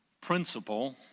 principle